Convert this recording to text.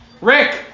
Rick